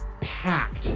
packed